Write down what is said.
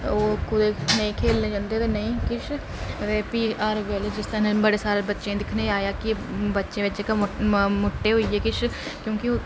नेईं खेलनें ई जंदे ते अदे प्ही हर बेल्लै में बड़े सारे बच्चें ई दिक्खनी मुट्टे होइयै क्योंकि